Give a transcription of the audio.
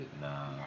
Nah